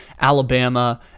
Alabama